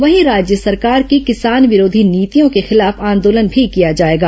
वहीं राज्य सरकार की किसान विरोधी नीतियों के खिलाफ आंदोलन भी किया जाएगा